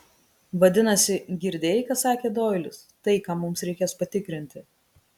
vadinasi girdėjai ką sakė doilis tai ką mums reikės patikrinti